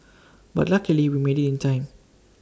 but luckily we made IT in time